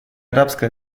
арабская